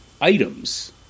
items